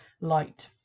light